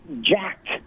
jacked